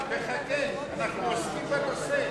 חכה, אנחנו עוסקים בנושא.